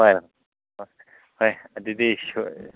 ꯍꯣꯏ ꯍꯣꯏ ꯑꯗꯨꯗꯤ